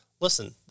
listen